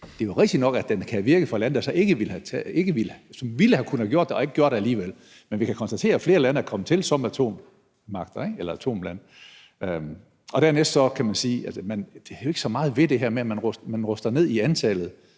Det er rigtigt nok, at den kan have virket for lande, der ville kunne have gjort det og ikke gjorde det alligevel, men vi kan konstatere, at flere lande er kommet til som atomlande. Dernæst kan man sige, at der ikke er så meget ved, at man ruster ned i antallet